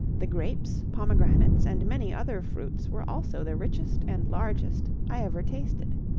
the grapes, pomegranates, and many other fruits, were also the richest and largest i ever tasted.